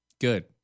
Good